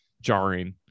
jarring